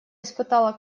испытала